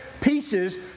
pieces